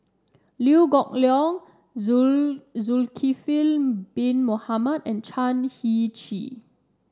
Liew Geok Leong Zulkifli Bin Mohamed and Chan Heng Chee